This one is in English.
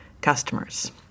customers